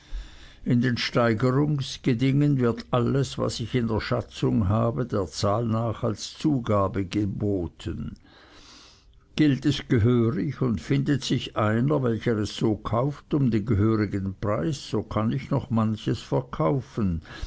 in den steigerungsgedingen wird alles was ich in der schatzung habe der zahl nach als zugabe angeboten gilt es gehörig und findet sich einer welcher es so kauft um den gehörigen preis so kann ich noch manches verkaufen